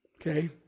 Okay